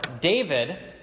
David